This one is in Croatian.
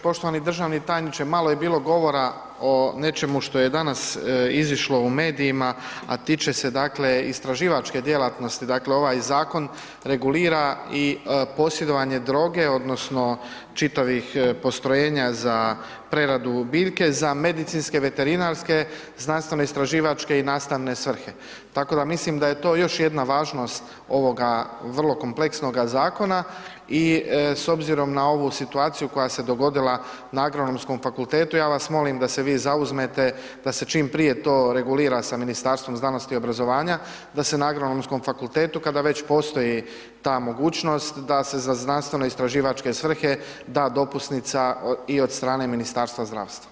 Poštovani državni tajniče, malo je bilo govora o nečemu što je danas izišlo u medijima, a tiče se, dakle, istraživačke djelatnosti, dakle, ovaj zakon regulira i posjedovanje droge odnosno čitavih postrojenja za preradu biljke za medicinske, veterinarske, znanstveno istraživačke i nastavne svrhe, tako da mislim da je to još jedna važnost ovoga vrlo kompleksnoga zakona i s obzirom na ovu situaciju koja se dogodila na Agronomskom fakultetu, ja vas molim da se vi zauzmete, da se čim prije to regulira sa Ministarstvom znanosti i obrazovanja, da se na Agronomskom fakultetu kada već postoji ta mogućnost da se za znanstveno istraživačke svrhe da dopusnica i od strane Ministarstva zdravstva.